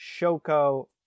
Shoko